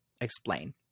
explain